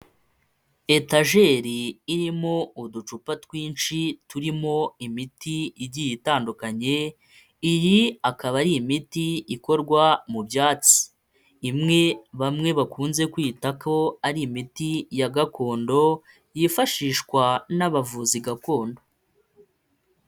Etajeri irimo uducupa twinshi turimo imiti igiye itandukanye, iyi akaba ari imiti ikorwa mu byatsi imwe bamwe bakunze kwita ko ari imiti ya gakondo yifashishwa n'abavuzi gakondo.